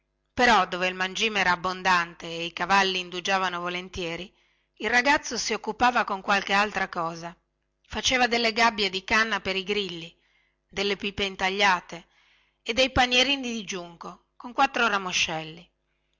però dove il mangime era abbondante e i cavalli indugiavano volentieri il ragazzo si occupava con qualche altra cosa faceva delle gabbie di canna per i grilli delle pipe intagliate e dei panierini di giunco con quattro ramoscelli